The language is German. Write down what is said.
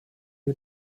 die